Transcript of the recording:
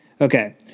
Okay